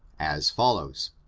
as follows